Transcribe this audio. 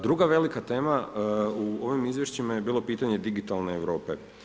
Druga velika tema u ovim izvješćima je bilo pitanje digitalne Europe.